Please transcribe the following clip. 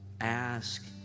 ask